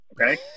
Okay